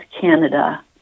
Canada